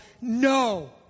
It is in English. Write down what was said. no